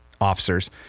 officers